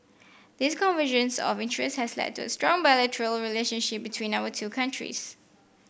this convergence of interest has led to strong bilateral relationship between our two countries